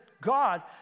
God